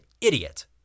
idiot